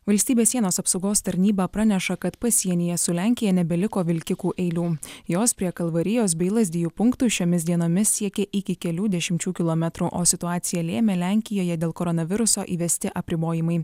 valstybės sienos apsaugos tarnyba praneša kad pasienyje su lenkija nebeliko vilkikų eilių jos prie kalvarijos bei lazdijų punktų šiomis dienomis siekė iki kelių dešimčių kilometrų o situaciją lėmė lenkijoje dėl koronaviruso įvesti apribojimai